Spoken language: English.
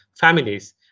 families